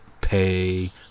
pay